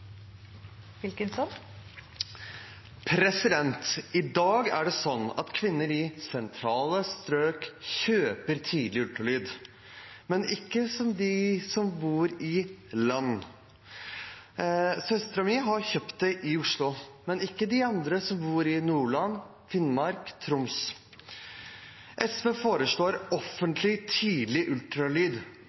det sånn at kvinner i sentrale strøk kjøper tidlig ultralyd, men ikke de som bor ute i landet. Søsteren min har kjøpt det i Oslo, men det gjør ikke de som bor i Nordland, Finnmark og Troms. SV foreslår offentlig tidlig ultralyd